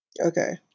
Okay